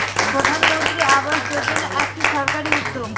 প্রধানমন্ত্রী আবাস যোজনা একটি সরকারি উদ্যোগ